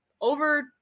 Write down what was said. over